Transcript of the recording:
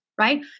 Right